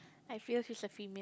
I feel is a female